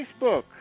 Facebook